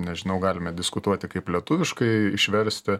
nežinau galime diskutuoti kaip lietuviškai išversti